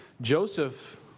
Joseph